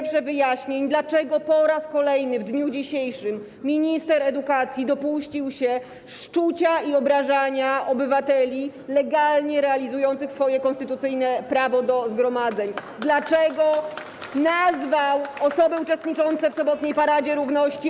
Wyjaśnień, dlaczego po raz kolejny w dniu dzisiejszym minister edukacji dopuścił się szczucia i obrażania obywateli legalnie realizujących swoje konstytucyjne prawo do zgromadzeń, dlaczego nazwał osoby uczestniczące w sobotniej paradzie równości.